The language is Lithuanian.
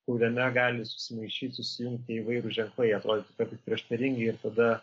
kuriame gali susimaišyt susijungti įvairūs ženklai atrodytų tokie prieštaringi ir tada